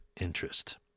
interest